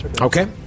Okay